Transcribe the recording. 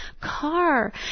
car